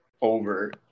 over